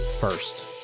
first